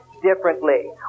differently